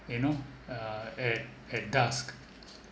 you know uh at at dusk